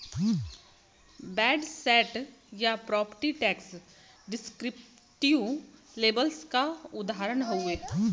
VAT सैट या property tax descriptive labels क उदाहरण हउवे